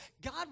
God